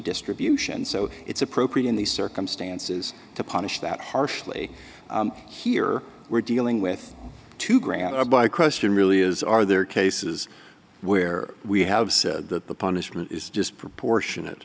distribution so it's appropriate in these circumstances to punish that harshly here we're dealing with two granted by question really is are there cases where we have said that the punishment is just proportionate